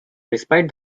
despite